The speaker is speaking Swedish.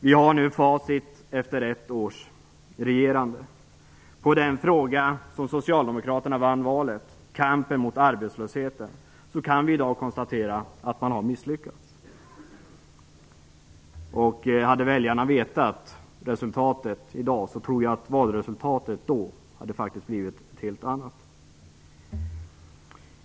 Vi har nu facit efter ett års regerande. I den fråga som socialdemokraterna vann valet på, kampen mot arbetslösheten, kan vi i dag konstatera att de har misslyckats. Hade väljarna då känt till dagens resultat, tror jag att valresultatet hade blivit ett helt annat.